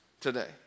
today